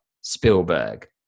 Spielberg